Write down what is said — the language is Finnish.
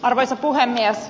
arvoisa puhemies